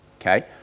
okay